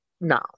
no